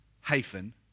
hyphen